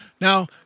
Now